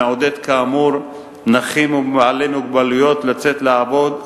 המעודד כאמור נכים ובעלי מוגבלויות לצאת לעבוד,